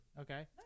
Okay